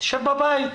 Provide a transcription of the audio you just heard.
ישב בבית.